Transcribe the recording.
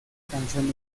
canción